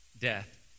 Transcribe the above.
death